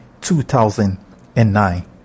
2009